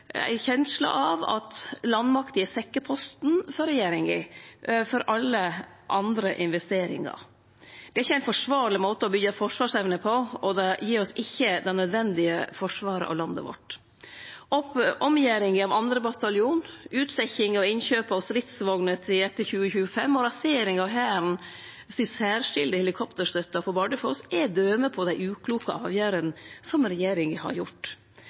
ei kjensle av at landmakta er sekkeposten for regjeringa for alle andre investeringar. Det er ikkje ein forsvarleg måte å byggje forsvarsevne på, og det gir oss ikkje det nødvendige forsvaret av landet vårt. Omgjeringa av 2. bataljon, utsetjing av innkjøp av stridsvogner til etter 2025 og rasering av den særskilde helikopterstøtta til Hæren på Bardufoss er døme på dei ukloke avgjerdene som regjeringa har